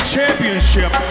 Championship